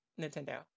nintendo